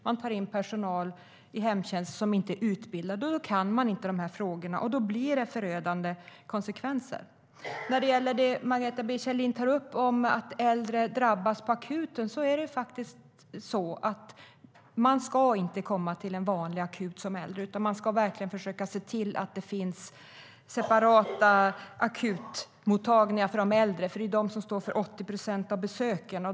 Man tar in personal i hemtjänst som inte är utbildad. Då kan de inte de här frågorna, och då blir det förödande konsekvenser. När det gäller det Margareta B Kjellin tar upp om att äldre drabbas på akuten ska äldre inte komma till en vanlig akut. Man ska försöka se till att det finns separata akutmottagningar för de äldre. Det är de som står för 80 procent av besöken.